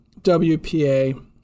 WPA